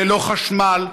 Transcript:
ללא חשמל,